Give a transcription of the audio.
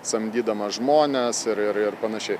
samdydama žmones ir ir ir panašiai